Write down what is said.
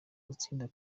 gutsinda